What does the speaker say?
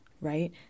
right